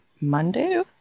Monday